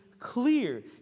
Clear